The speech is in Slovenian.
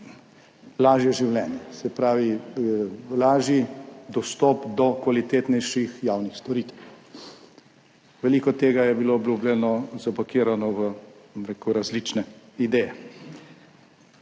lažje življenje, se pravi lažji dostop do kvalitetnejših javnih storitev. Veliko tega je bilo obljubljeno, zapakirano v različne ideje.